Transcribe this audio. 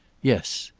yes.